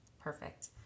perfect